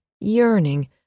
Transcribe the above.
yearning